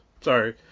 Sorry